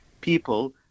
people